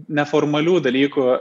neformalių dalykų